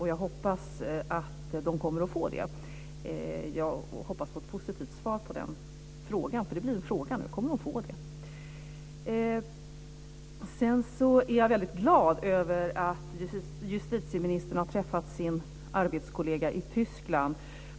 Och jag hoppas att polisen kommer att få det. Jag hoppas på ett positivt svar. Kommer polisen att få det? Jag är väldigt glad över att justitieministern har träffat sin arbetskollega i Tyskland.